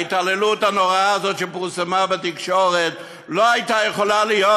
ההתעללות הנוראה הזאת שפורסמה בתקשורת לא הייתה יכולה להיות,